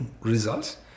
results